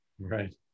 Right